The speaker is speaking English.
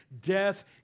death